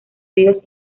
ríos